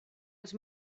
els